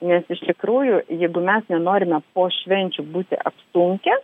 nes iš tikrųjų jeigu mes nenorime po švenčių būti apsunkę